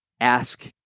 ask